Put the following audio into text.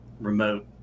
remote